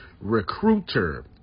recruiter